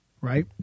right